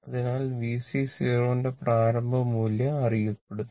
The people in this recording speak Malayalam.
അതിനാൽ VC ന്റെ പ്രാരംഭ മൂല്യം അറിയപ്പെടുന്നു